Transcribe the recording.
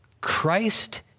Christ